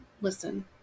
listen